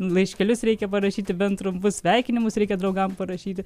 laiškelius reikia parašyti bent trumpus sveikinimus reikia draugam parašyti